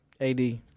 ad